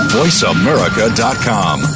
voiceamerica.com